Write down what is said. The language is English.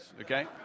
okay